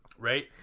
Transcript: Right